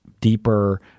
deeper